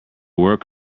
work